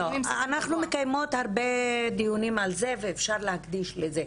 אנחנו מקיימות הרבה דיונים על זה ואפשר להקדיש לזה.